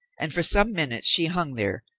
and for some minutes she hung there,